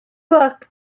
book